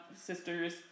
sisters